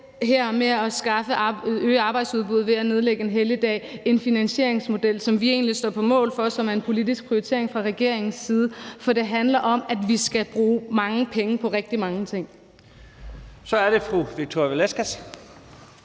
med at øge arbejdsudbuddet ved at nedlægge en helligdag en finansieringsmodel, som vi egentlig står på mål for, og som er en politisk prioritering fra regeringens side. For det handler om, at vi skal bruge mange penge på rigtig mange ting. Kl. 11:47 Første